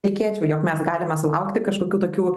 tikėčiau jog mes galime sulaukti kažkokių tokių